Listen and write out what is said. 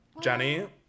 Jenny